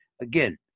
Again